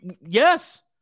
Yes